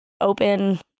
open